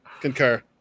concur